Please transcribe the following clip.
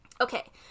Okay